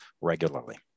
regularly